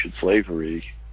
slavery